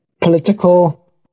political